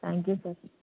thank you sir